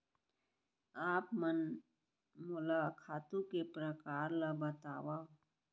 आप मन मोला खातू के प्रकार ल बतावव?